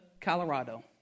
Colorado